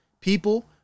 People